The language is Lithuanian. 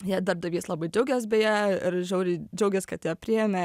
ja darbdavys labai džiaugias beje ir žiauriai džiaugias kad ją priėmė